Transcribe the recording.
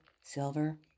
silver